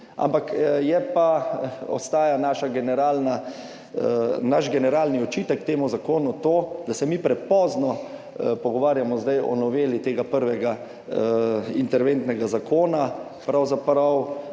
naša generalna, naš generalni očitek temu zakonu to, da se mi prepozno pogovarjamo zdaj o noveli tega prvega interventnega zakona. Pravzaprav